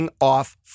off